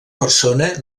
persona